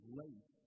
late